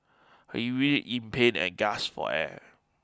he writhed in pain and gasped for air